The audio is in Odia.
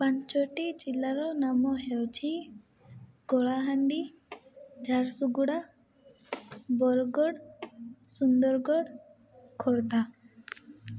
ପାଞ୍ଚଟି ଜିଲ୍ଲାର ନାମ ହେଉଛି କଳାହାଣ୍ଡି ଝାରସୁଗୁଡ଼ା ବରଗଡ଼ ସୁନ୍ଦରଗଡ଼ ଖୋର୍ଦ୍ଧା